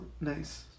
nice